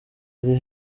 hari